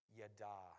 yada